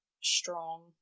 strong